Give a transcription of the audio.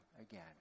again